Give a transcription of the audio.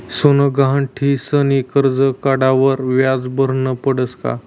सोनं गहाण ठीसनी करजं काढावर व्याज भरनं पडस का?